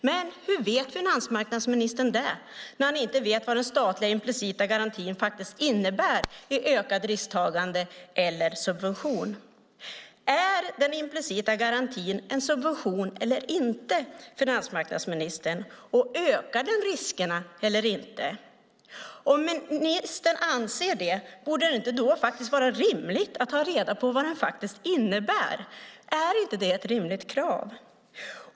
Men hur vet finansmarknadsministern det när han inte vet vad den statliga implicita garantin innebär i ökat risktagande eller subvention? Är den implicita garantin en subvention eller inte, finansmarknadsministern? Ökar den riskerna eller inte? Om ministern anser det borde det då inte vara rimligt att ta reda på vad den faktiskt innebär? Är inte det ett rimligt krav?